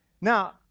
Now